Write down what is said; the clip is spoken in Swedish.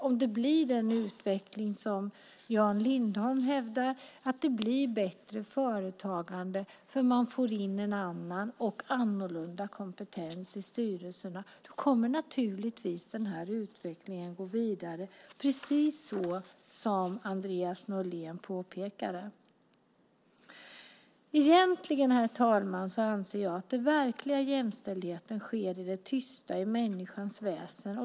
Om det blir den utveckling som Jan Lindholm hävdar och det blir bättre företagande för att man får in en annan och annorlunda kompetens i styrelserna kommer naturligtvis utvecklingen att gå vidare. Det är precis som Andreas Norlén påpekade. Herr talman! Jag anser att den verkliga jämställdheten sker i det tysta i människans väsen.